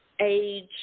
age